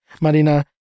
marina